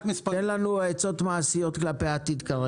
תן לנו עצות מעשיות לעתיד.